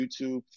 YouTube